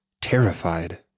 terrified